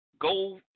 go